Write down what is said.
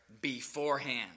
beforehand